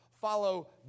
Follow